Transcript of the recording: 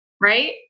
right